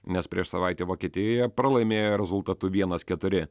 nes prieš savaitę vokietijoje pralaimėjo rezultatu vienas keturi